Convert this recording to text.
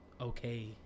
okay